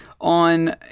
on